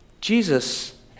Jesus